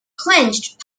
quenched